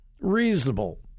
reasonable